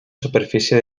superfície